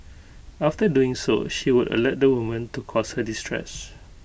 after doing so she would alert the woman to cause her distress